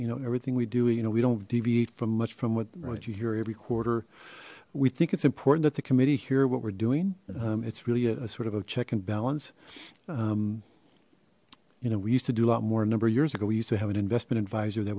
you know everything we do you know we don't deviate from much from what you hear every quarter we think it's important that the committee hear what we're doing it's really a sort of a check and balance you know we used to do a lot more number years ago we used to have an investment advisor that